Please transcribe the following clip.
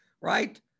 right